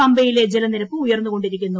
പമ്പയിലെ ജലനിരപ്പ് ഉയർന്നുകൊണ്ടിരിക്കുന്നു